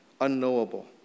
unknowable